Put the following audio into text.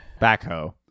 Backhoe